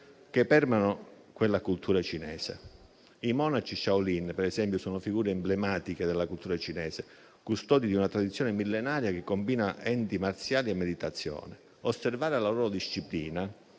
che permeano quella cultura cinese. I monaci Shaolin, per esempio, sono figure emblematiche della cultura cinese, custodi di una tradizione millenaria che combina arti marziali e meditazione. Osservare la loro disciplina